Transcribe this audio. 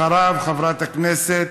אחריו, חברת הכנסת